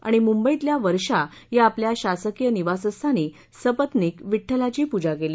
आणि मुंबईतल्या वर्षा या आपल्या शासकीय निवासस्थानी सपत्नीक विठ्ठलाची पूजा केली